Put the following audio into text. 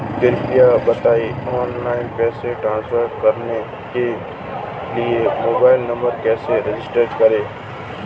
कृपया बताएं ऑनलाइन पैसे ट्रांसफर करने के लिए मोबाइल नंबर कैसे रजिस्टर करें?